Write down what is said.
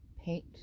paint